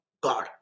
God